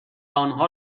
آنها